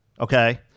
Okay